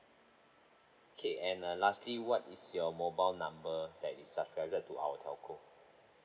K and uh lastly what is your mobile number that is subscribed to our telco